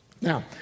now